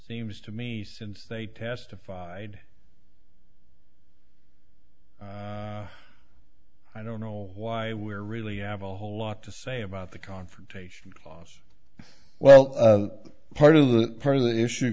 seems to me since they testified i don't know why we are really have a whole lot to say about the confrontation clause well part of the part of the issue